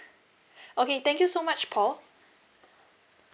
okay thank you so much paul